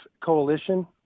coalition